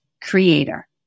creator